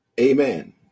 Amen